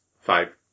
five